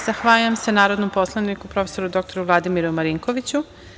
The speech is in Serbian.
Zahvaljujem se narodnom poslaniku prof. dr Vladimiru Marinkoviću.